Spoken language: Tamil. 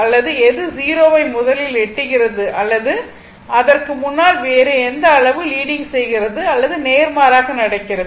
அல்லது எது 0 வை முதலில் அடைகிறது அல்லது அதற்கு முன்னால் வேறு எந்த அளவு லீடிங் செய்கிறது அல்லது நேர்மாறாக நடக்கிறது